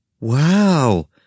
Wow